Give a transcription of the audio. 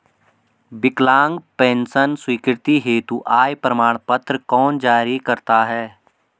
विकलांग पेंशन स्वीकृति हेतु आय प्रमाण पत्र कौन जारी करता है?